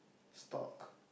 stalk